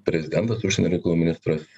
prezidentas užsienio reikalų ministras